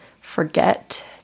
forget